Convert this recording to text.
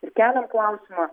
ir keliam klausimą